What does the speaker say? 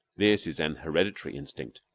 this is an hereditary instinct,